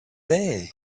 there